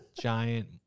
giant